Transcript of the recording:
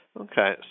Okay